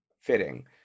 fitting